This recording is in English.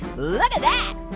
look at that,